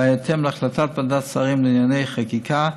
ובהתאם להחלטת ועדת שרים לענייני חקיקה,